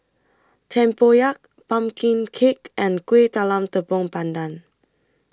Tempoyak Pumpkin Cake and Kueh Talam Tepong Pandan